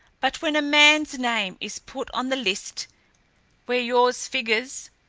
but when a man's name is put on the list where yours figures,